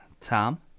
Tom